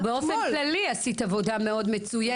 באופן כללי עשית עבודה מאוד מצוינת.